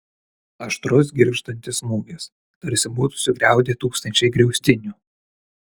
aštrus girgždantis smūgis tarsi būtų sugriaudę tūkstančiai griaustinių